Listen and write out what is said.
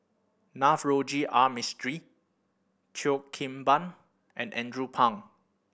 Navroji R Mistri Cheo Kim Ban and Andrew Phang